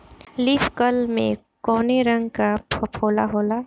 Leaf curl में कौने रंग का फफोला होला?